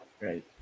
Right